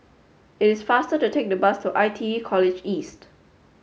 it's faster to take the bus to I T E College East